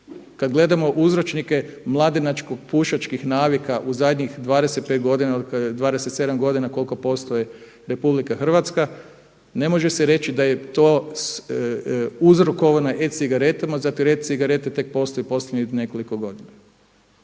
Kada gledamo uzročnike mladenačko pušačkih navika u zadnjih 25 godina otkada je, 25 godina, 27 godina koliko postoji RH ne može se reći da je to uzrokovano e-cigaretama zato jer e-cigarete tek postoje u posljednjih nekoliko godina.